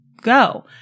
go